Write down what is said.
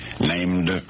named